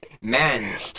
man